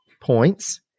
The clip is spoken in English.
points